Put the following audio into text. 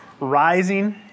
rising